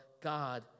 God